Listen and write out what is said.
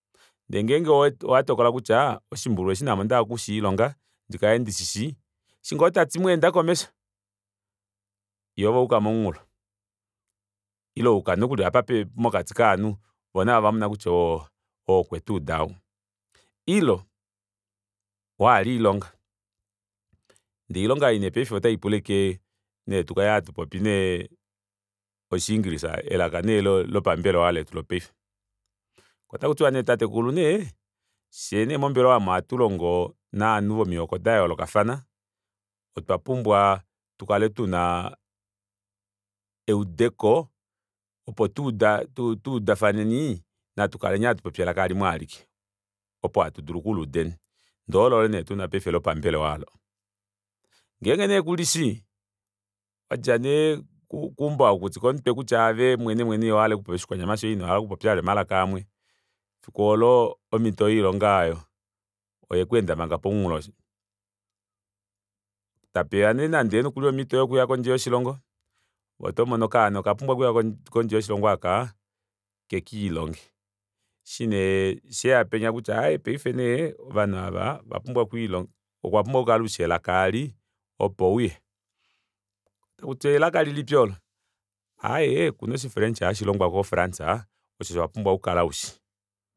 Ndeengenge owatokola kutya oshimbulu eeshi naame ondahala okushiilonga ndikale ndishishi eshi ngoo tati mweenda komesho yoo ove owayuka momunghulo ile wayuka nokuli mokati kovanhu voo navo ovamona kutya oo ou okwetuuda ou ile wahala oilonga ndee oilonga ei paife otaipula ashike oshingilisa elaka lopambelewa letu lopaife otakutiwa nee tatekulu nee fyee mombelewa omu ohatulongo novanhu vomihoko dayoolokafana otwapumbwa tukale tuna eudeko opo tuudafaneni natukale hatu popi elaka limwe aalike opo hatu dulu okuluudeni ndololo nee tuna paife lopambelewa aalo ngenge nee kulishi wandja nee keumbo wakukutika omutwe wuudite kutya ove owahala ashike oku popya oshikwanyama shoyo inohala vali okupopya omalaa amwe fiku oolo omito yoilonga aayo oyekweenda manga pomunghulo osho tapeya nee nande omito yokuya kondje yoshilongo ove otomono okaana okapumbwa okuya kondje yoshilongo aaka kekiilonge eshi nee sheya penya kutya owapumbwa okukala ushi elaka aali opo uye kutya elaka lilipi oolo aaye opena oshi french hashilongwa ko france osho owapumbwa okukala ushishi